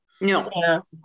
No